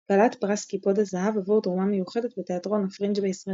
כלת פרס קיפוד הזהב עבור תרומה מיוחדת בתיאטרון הפרינג' בישראל